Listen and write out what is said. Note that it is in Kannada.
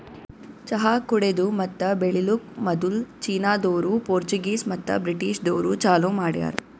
ಚಹಾ ಕುಡೆದು ಮತ್ತ ಬೆಳಿಲುಕ್ ಮದುಲ್ ಚೀನಾದೋರು, ಪೋರ್ಚುಗೀಸ್ ಮತ್ತ ಬ್ರಿಟಿಷದೂರು ಚಾಲೂ ಮಾಡ್ಯಾರ್